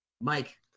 Mike